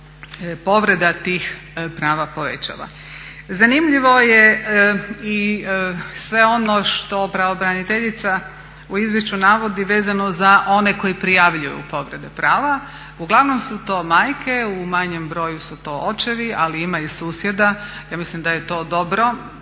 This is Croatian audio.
povreda tih prava povećava. Zanimljivo je i sve ono što pravobraniteljica u izvješću navodi vezano za one koji prijavljuju povrede prava. Uglavnom su to majke, u manjem broju su to očevi, ali ima i susjeda. Ja mislim da je to dobro,